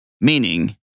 Meaning